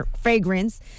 fragrance